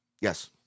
Yes